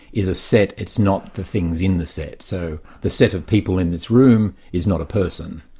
is a set, it's not the things in the set. so the set of people in this room is not a person,